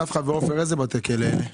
נפחא ועופר, איזה בתי כלא אלה?